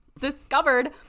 discovered